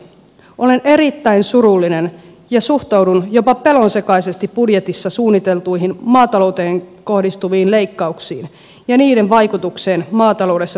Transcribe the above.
olen erittäin surullinen ja suhtaudun jopa pelonsekaisesti budjetissa suunniteltuihin maatalouteen kohdistuviin leikkauksiin ja niiden vaikutukseen maataloudessa työskenteleviin ihmisiin